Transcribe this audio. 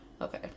okay